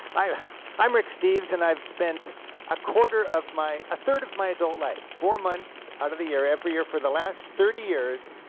and i'm rick steves and i've spent a quarter of my a third of my adult life, four months out of the year, every year for the last thirty years,